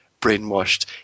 brainwashed